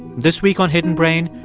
this week on hidden brain,